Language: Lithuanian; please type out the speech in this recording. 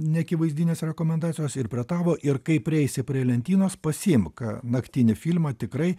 neakivaizdinės rekomendacijos ir prie tavo ir kai prieisi prie lentynos pasiimk naktinį filmą tikrai